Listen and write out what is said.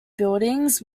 buildings